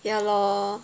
ya lor